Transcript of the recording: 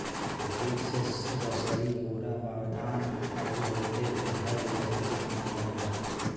jute से रसरी बोरा पायदान अउरी बहुते घर गृहस्ती के सामान बनेला